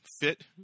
fit